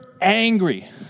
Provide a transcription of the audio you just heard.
angry